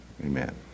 Amen